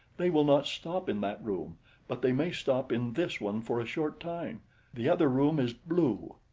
they will not stop in that room but they may stop in this one for a short time the other room is blue.